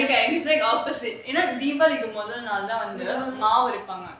exact opposite ஏனா:yaenaa deepavali க்கு மொதல் நாள் தான் வந்து மாவரைப்பாங்க:kku modhal naal than vanthu maavaraipaanga